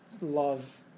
love